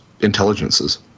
intelligences